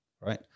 right